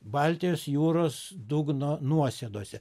baltijos jūros dugno nuosėdose